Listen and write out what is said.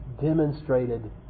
demonstrated